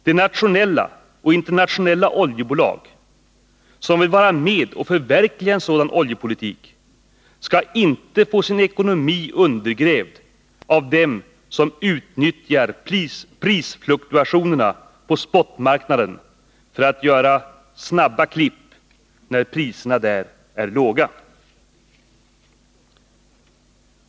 De nationella och internationella oljebolag som vill vara med och förverkliga en sådan oljepolitik skall inte få sin ekonomi undergrävd av dem som utnyttjar prisfluktuationerna på spotmarknaden för att göra snabba klipp när priserna där är låga.